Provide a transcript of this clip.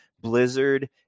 Blizzard